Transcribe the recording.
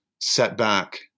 setback